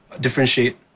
differentiate